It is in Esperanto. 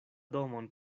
domon